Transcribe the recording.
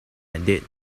edit